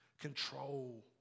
control